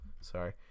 Sorry